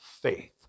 faith